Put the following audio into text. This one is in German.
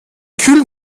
kühlen